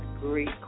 great